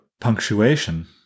punctuation